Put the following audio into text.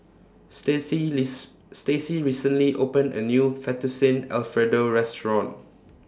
Stacy Stacy recently opened A New Fettuccine Alfredo Restaurant